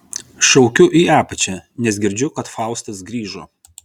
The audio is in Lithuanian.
šaukiu į apačią nes girdžiu kad faustas grįžo